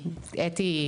אתי,